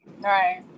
Right